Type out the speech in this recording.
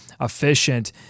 efficient